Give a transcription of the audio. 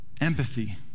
empathy